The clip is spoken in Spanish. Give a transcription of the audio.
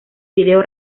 vídeo